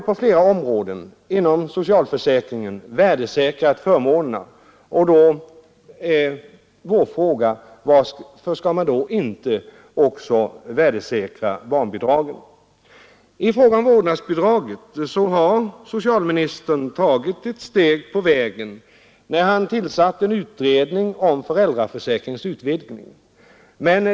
På flera områden inom socialförsäkringen har ju förmånerna värdesäkrats, och då är vår fråga: Varför skall man inte också värdesäkra barnbidraget? I fråga om vårdnadsbidraget har socialministern tagit ett steg på vägen när han tillsatt en utredning om föräldraförsäkringens utvidgning.